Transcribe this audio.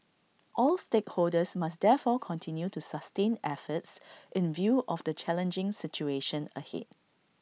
all stakeholders must therefore continue to sustain efforts in view of the challenging situation ahead